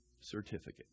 certificate